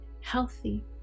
healthy